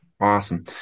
awesome